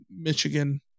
michigan